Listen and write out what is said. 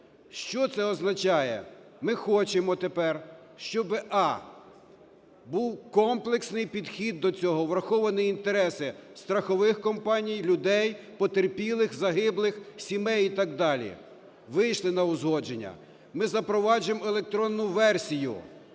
Що це означає? Ми хочемо тепер, щоби а) був комплексний підхід до цього, враховані інтереси страхових компаній, людей, потерпілих, загиблих, сімей і так далі. Вийшли на узгодження: ми запроваджуємо електронну версію,